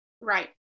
Right